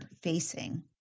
facing